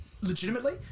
Legitimately